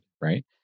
right